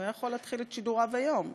הוא היה יכול להתחיל את שידוריו היום,